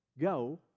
go